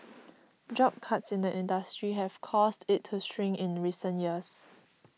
job cuts in the industry have caused it to shrink in recent years